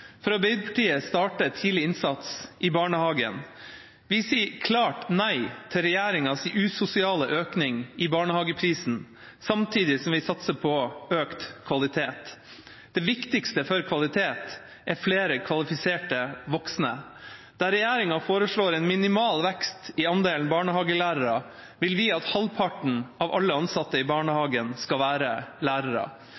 For Arbeiderpartiet starter tidlig innsats i barnehagen. Vi sier klart nei til regjeringas usosiale økning av barnehageprisen, samtidig som vi satser på økt kvalitet. Det viktigste for kvalitet er flere kvalifiserte voksne. Der regjeringa foreslår en minimal vekst i andelen barnehagelærere, vil vi at halvparten av alle ansatte i